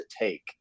take